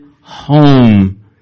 home